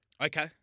Okay